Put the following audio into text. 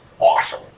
awesome